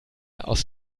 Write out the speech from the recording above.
aus